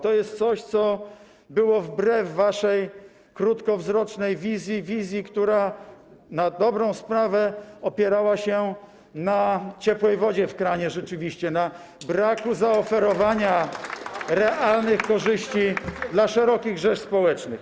To jest coś, co było wbrew waszej krótkowzrocznej wizji, wizji, która na dobrą sprawę opierała się na ciepłej wodzie w kranie rzeczywiście, na braku zaoferowania realnych korzyści dla szerokich rzesz społecznych.